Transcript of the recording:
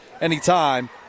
anytime